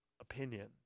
opinion